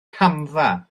camfa